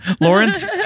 Lawrence